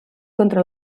contra